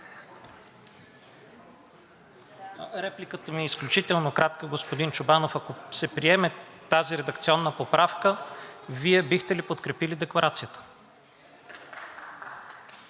Репликата ми е изключително кратка. Господин Чобанов, ако се приеме тази редакционна поправка, Вие бихте ли подкрепили Декларацията?